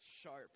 sharp